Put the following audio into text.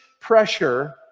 pressure